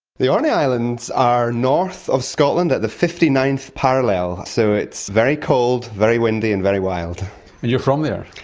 the orkney islands are north of scotland at the fifty ninth parallel, so it's very cold, very windy and very wild. and you're from there.